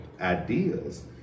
ideas